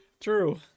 True